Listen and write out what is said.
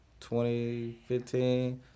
2015